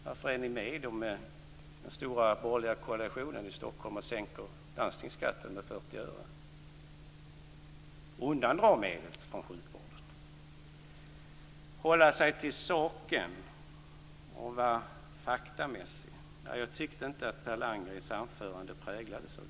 Varför är ni då med i den stora borgerliga koalitionen i Stockholm som sänker landstingsskatten med 40 öre? Ni undandrar medel från sjukvården. Hålla sig till saken och vara saklig, sades det. Jag tyckte inte att Per Landgrens anförande präglades av det.